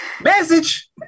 Message